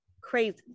crazy